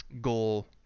goal